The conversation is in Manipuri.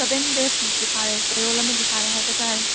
ꯁꯕꯦꯟ ꯗꯦꯖ ꯃꯨꯛꯇꯤ ꯐꯥꯔꯦ ꯆꯌꯣꯜ ꯑꯃꯗꯤ ꯐꯥꯔꯦ ꯍꯥꯏꯕ ꯇꯥꯔꯦ